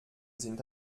sind